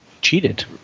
cheated